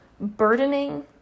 burdening